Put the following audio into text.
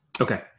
Okay